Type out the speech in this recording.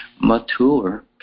mature